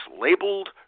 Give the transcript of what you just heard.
labeled